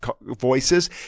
voices